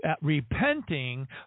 repenting